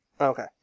Okay